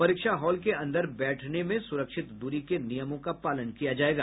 परीक्षा हॉल के अंदर बैठने में सुरक्षित दूरी के नियमों का पालन किया जायेगा